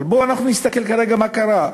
אבל בואו נסתכל כרגע מה קרה: